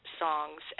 songs